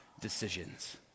decisions